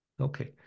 okay